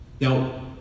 Now